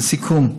לסיכום,